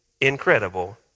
incredible